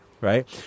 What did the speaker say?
right